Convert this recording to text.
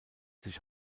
sich